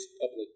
public